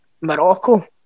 Morocco